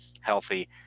healthy